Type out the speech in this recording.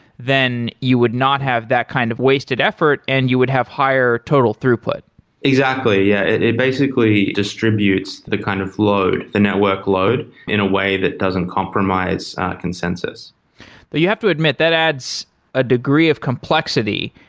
then you would not have that kind of wasted effort and you would have higher total throughput exactly, yeah. it it basically distributes distributes the kind of load, the network load in a way that doesn't compromise consensus but you have to admit, that adds a degree of complexity.